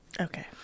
Okay